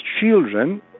children